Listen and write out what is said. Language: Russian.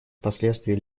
последствий